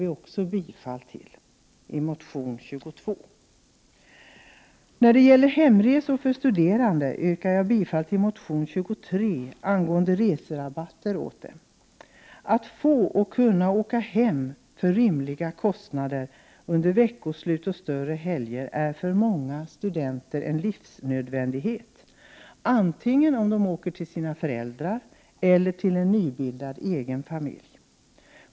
Jag yrkar bifall till reservation 22 om bidrag till vissa studiesociala ändamål. Vidare yrkar jag bifall till reservation 23 om reserabatter för studerande. Att kunna åka hem till en rimlig kostnad under veckoslut och stora helger är för många studerande en livsnödvändighet, vare sig de åker till sina föräldrar eller till en nybildad egen familj.